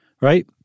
right